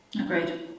Agreed